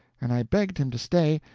and i begged him to stay,